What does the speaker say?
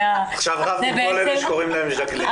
עכשיו רבת עם כל אלה שקוראים להן ז'קלין.